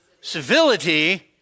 Civility